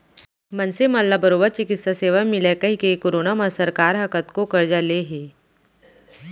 मनसे मन ला बरोबर चिकित्सा सेवा मिलय कहिके करोना म सरकार ह कतको करजा ले हे